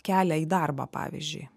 kelią į darbą pavyzdžiui